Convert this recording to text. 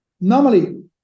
normally